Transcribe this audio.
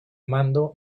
mando